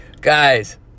Guys